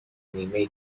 نیمه